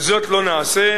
זאת לא נעשה,